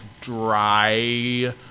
dry